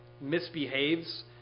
misbehaves